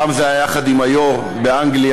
הפעם זה היה יחד עם היושב-ראש, באנגליה,